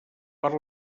per